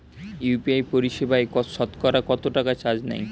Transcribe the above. UPI পরিসেবায় সতকরা কতটাকা চার্জ নেয়?